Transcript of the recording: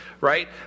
right